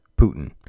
Putin